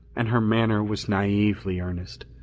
and her manner was naively earnest.